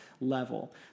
level